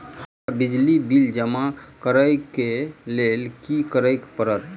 हमरा बिजली बिल जमा करऽ केँ लेल की करऽ पड़त?